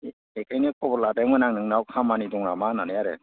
बेखायनो खबर लादोंमोन आं नोंनाव खामानि दं नामा होननानै आरो